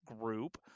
group